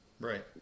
Right